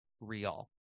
real